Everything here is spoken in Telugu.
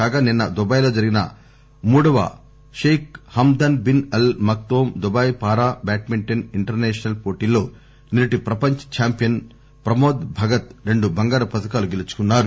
కాగా నిన్స దుబాయ్ లో జరిగిన మూడవ Sheikh Hamdan bin Al Maktoum Dubai para badminton international పోటీల్లో నిరుటి ప్రపంచ ఛాంపియన్ ప్రమోద్ భగత్ రెండు బంగారుపతకాలు గెలుచుకున్నారు